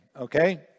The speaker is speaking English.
okay